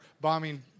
bombing